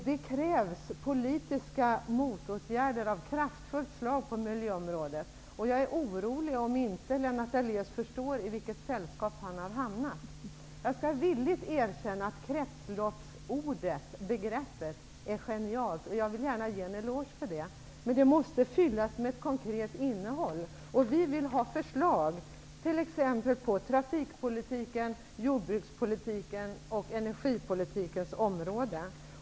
Det krävs politiska motåtgärder av kraftfullt slag på miljöområdet, och jag är orolig om Lennart Daléus inte förstår i vilket sällskap han har hamnat. Jag skall villigt erkänna att kretsloppsbegreppet är genialt. Jag vill gärna ge en eloge för det. Men det måste fyllas med ett konkret innehåll. Vi vill ha förslag t.ex. på trafikpolitikens, jordbrukspolititikens och energipolitikens områden.